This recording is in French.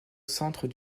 centre